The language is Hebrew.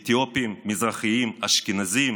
כאתיופים, כמזרחים, כאשכנזים,